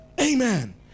amen